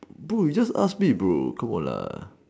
no you just ask me bro come on lah